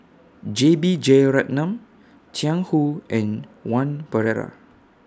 J B Jeyaretnam Jiang Hu and one Pereira